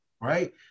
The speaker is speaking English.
right